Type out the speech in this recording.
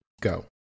go